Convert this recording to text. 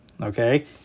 Okay